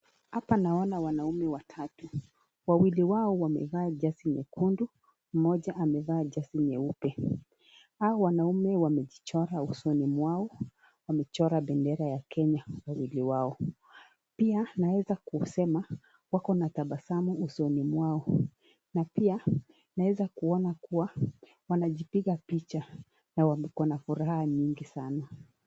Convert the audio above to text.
Hapa naona wanaume watatu, wawili wao wamevaa jazi nyekundu, mmoja amevaa jazi nyeupe. Hao wanaume wamejichora usoni mwao, wamechora bendera ya Kenya Kwa mwili mwao. Pia ninaweza kusema wako na tabasamu usoni mwao. Na pia naeza kuona wanajipiga picha na wakona furaha nyingi sana.